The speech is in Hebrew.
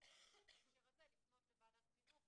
בהקשר הזה לפנות לוועדת חינוך